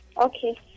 Okay